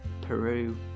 Peru